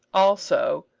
also,